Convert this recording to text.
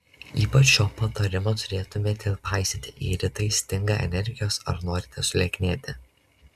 ypač šio patarimo turėtumėte paisyti jei rytais stinga energijos ar norite sulieknėti